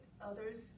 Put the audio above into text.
others